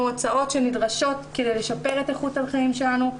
הוצאות שנדרשות כדי לשפר את איכות החיים שלנו,